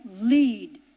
lead